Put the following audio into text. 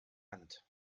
hand